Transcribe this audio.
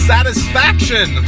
Satisfaction